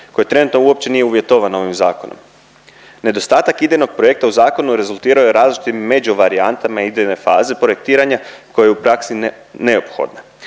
koje trenutno uopće nije uvjetovano ovim zakonom. Nedostatak idejnog projekta u zakonu rezultirao je različitim međuvarijantama idejne faze projektiranja koja je u praksi neophodna.